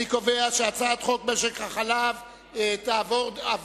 אני קובע שדין רציפות הוחל על הצעת חוק משק החלב והיא תועבר